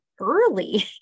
early